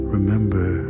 Remember